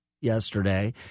yesterday